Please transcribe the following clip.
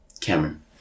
Cameron